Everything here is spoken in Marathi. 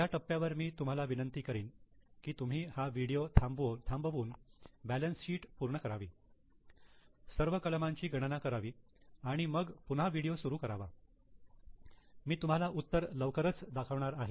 या टप्प्यावर मी तुम्हाला विनंती करीन की तुम्ही हा व्हिडिओ थांबून बॅलन्स शीट पूर्ण करावी सर्व कलमांची गणना करावी आणि मग पुन्हा व्हिडिओ सुरु करावा मी तुम्हाला उत्तर लवकरच दाखवणार आहे